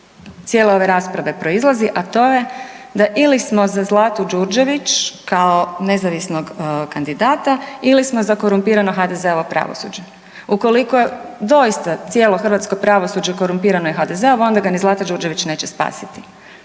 cijele ove rasprave proizlazi a to je da ili smo za Zlatu Đurđević kao nezavisnog kandidata ili smo za korumpirano HDZ-ovo pravosuđe. Ukoliko je doista cijelo hrvatsko pravosuđe korumpirano i HDZ-ovo, onda ga ni Zlata Đurđević neće spasiti